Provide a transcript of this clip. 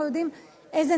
מוכן לתרום איבר מהגוף שלו,